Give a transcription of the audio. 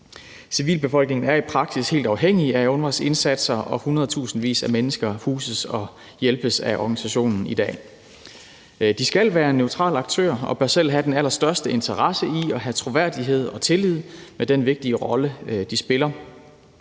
Civilbefolkningen er i praksis helt afhængige af UNRWA's indsatser, og hundredtusindvis af mennesker huses og hjælpes af organisationen i dag. De skal være en neutral aktør, og de bør selv have den allerstørste interesse i at have troværdighed og tillid med den vigtige rolle, de spiller.